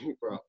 bro